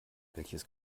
welches